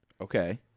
Okay